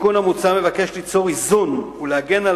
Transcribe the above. התיקון המוצע מבקש ליצור איזון ולהגן על